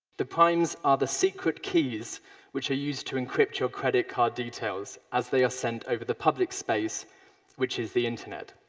the primes are the secret keys which are used to encrypt your credit card details as they are sent over the public space which is the internet.